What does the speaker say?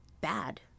bad